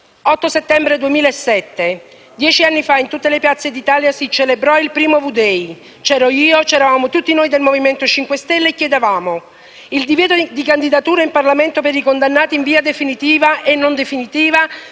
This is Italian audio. L'8 settembre 2007, dieci anni fa, in tutte le piazze d'Italia si celebrò il primo V-Day. C'ero io e c'eravamo tutti noi del Movimento 5 Stelle. Chiedevamo il divieto di candidatura in Parlamento per i condannati, in via definitiva e non, per reati